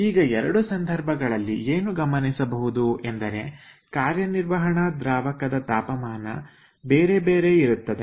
ಈಗ 2 ಸಂದರ್ಭಗಳಲ್ಲಿ ಏನನ್ನು ಗಮನಿಸಬಹುದು ಎಂದರೆ ಕಾರ್ಯನಿರ್ವಹಣ ದ್ರಾವಕದ ತಾಪಮಾನ ಬೇರೆ ಬೇರೆ ಇರುತ್ತದೆ